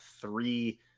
three